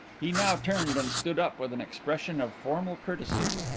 he now turned and stood up with an expression of formal courtesy.